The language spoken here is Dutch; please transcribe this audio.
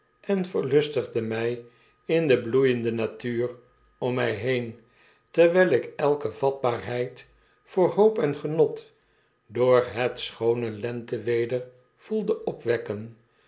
en verlustigde my in de bloeiende natuur om my heen terwyl ik elke vatbaarheid voor hoop en genot door het schoone lenteweder voelde opwekken